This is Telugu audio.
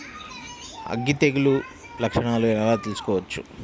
అగ్గి తెగులు లక్షణాలను ఎలా తెలుసుకోవచ్చు?